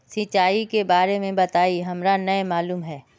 सिंचाई के बारे में बताई हमरा नय मालूम है?